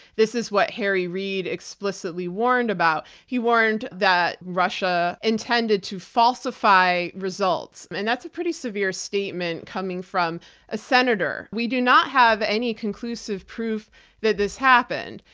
this is what harry reid explicitly warned about. he warned that russia intended to falsify results, and that's a pretty severe statement coming from a senator. we do not have any conclusive proof that this happened.